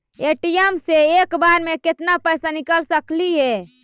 ATM से एक बार मे केत्ना पैसा निकल सकली हे?